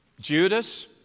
Judas